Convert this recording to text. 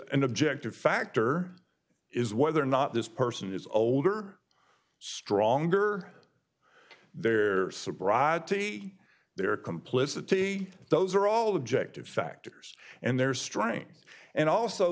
an objective factor is whether or not this person is older stronger their sobriety their complicity those are all objective factors and their strengths and also